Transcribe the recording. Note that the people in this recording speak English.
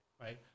right